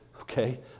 okay